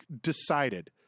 decided